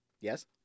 Yes